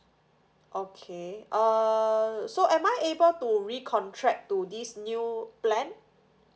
okay err so am I able to recontract to this new plan